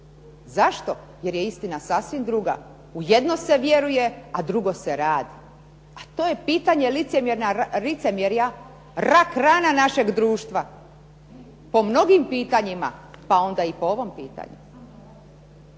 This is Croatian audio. Zašto? Jer je istina sasvim druga. U jedno se vjeruje, a drugo se radi. A to je pitanje licemjerja, rak-rana našeg društva po mnogim pitanjima pa onda i po ovom pitanju.